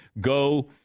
go